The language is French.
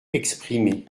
exprimée